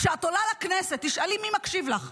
כשאת עולה לכנסת תשאלי מי מקשיב לך.